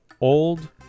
Old